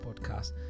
Podcast